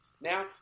Now